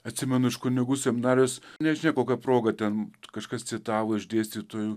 atsimenu iš kunigų seminarijos nežinia kokia proga ten kažkas citavo iš dėstytojų